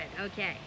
Okay